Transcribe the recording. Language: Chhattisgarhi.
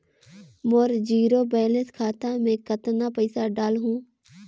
मोर जीरो बैलेंस खाता मे कतना पइसा डाल हूं?